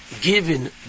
given